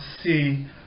see